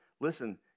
Listen